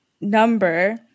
number